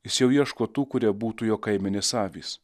jis jau ieško tų kurie būtų jo kaimenės avys